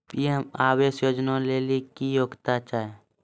PM आवास योजना लेली की योग्यता छै?